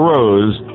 Rose